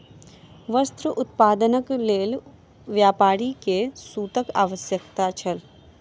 वस्त्र उत्पादनक लेल व्यापारी के सूतक आवश्यकता छल